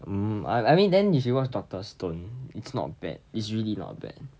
um I've I mean then you should watch doctor stone it's not bad it's really not bad